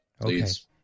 Please